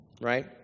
right